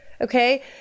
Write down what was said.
okay